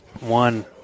one